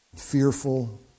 fearful